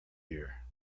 ear